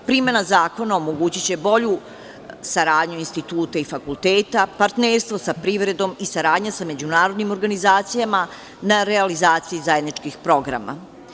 Primena zakona omogućiće bolju saradnju instituta i fakulteta, partnerstvo sa privredom i saradnja sa međunarodnim organizacijama na realizaciji zajedničkih programa.